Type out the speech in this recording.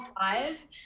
five